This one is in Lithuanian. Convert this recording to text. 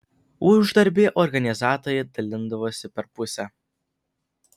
uždarbį organizatoriai dalindavosi per pusę